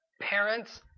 parents